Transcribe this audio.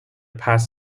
past